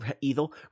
evil